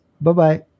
Bye-bye